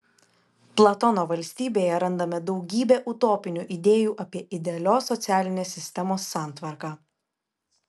platono valstybėje randame daugybę utopinių idėjų apie idealios socialinės sistemos santvarką